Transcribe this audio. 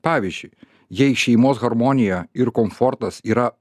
pavyzdžiui jei šeimos harmonija ir komfortas yra